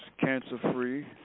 cancer-free